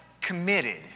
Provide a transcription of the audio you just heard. committed